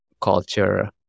culture